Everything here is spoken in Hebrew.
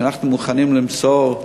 שאנחנו מוכנים למסור.